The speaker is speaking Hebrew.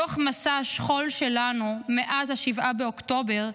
בתוך מסע השכול שלנו מאז ה-7 באוקטובר,